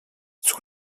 son